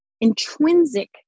intrinsic